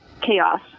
chaos